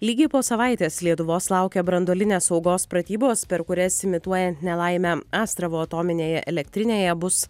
lygiai po savaitės lietuvos laukia branduolinės saugos pratybos per kurias imituojant nelaimę astravo atominėje elektrinėje bus